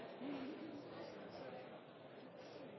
Men så er